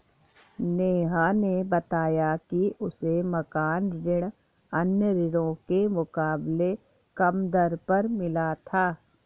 नेहा ने बताया कि उसे मकान ऋण अन्य ऋणों के मुकाबले कम दर पर मिला था